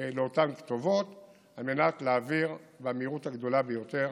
כתובות על מנת להעביר במהירות הגדולה ביותר